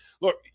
Look